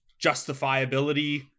justifiability